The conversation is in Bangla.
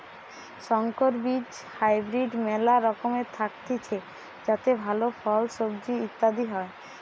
সংকর বীজ হাইব্রিড মেলা রকমের থাকতিছে যাতে ভালো ফল, সবজি ইত্যাদি হয়